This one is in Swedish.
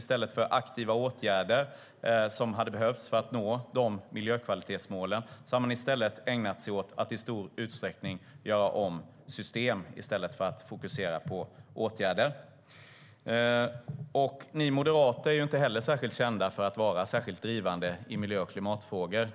I stället för att fokusera på aktiva åtgärder som hade behövts för att nå miljökvalitetsmålen har man ägnat sig åt att i stor utsträckning göra om system. Ni moderater är inte heller kända för att vara särskilt drivande i miljö och klimatfrågor.